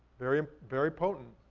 very very potent.